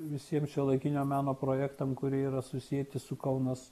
visiem šiuolaikinio meno projektam kurie yra susieti su kaunas